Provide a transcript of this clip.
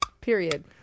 Period